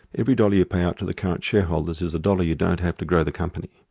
every dollar you pay out to the current shareholders is a dollar you don't have to grow the company.